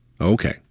Okay